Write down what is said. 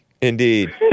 Indeed